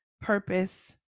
purpose